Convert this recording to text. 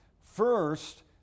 first